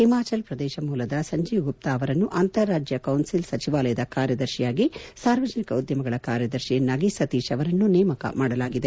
ಹಿಮಾಚಲ್ ಪ್ರದೇಶ ಮೂಲದ ಸಂಜೀವ್ ಗುಪ್ತಾ ಅವರನ್ನು ಅಂತಾರಾಜ್ಯ ಕೌನ್ಲಿಲ್ ಸಚಿವಾಲಯದ ಕಾರ್ಯದರ್ಶಿಯಾಗಿ ಸಾರ್ವಜನಿಕ ಉದ್ಯಮಗಳ ಕಾರ್ಯದರ್ಶಿಯನ್ನಾಗಿ ಸತೀಶ್ ಅವರನ್ನು ನೇಮಕ ಮಾಡಲಾಗಿದೆ